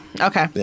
Okay